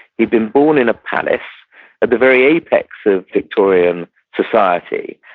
he'd been born in a palace at the very apex of victorian society,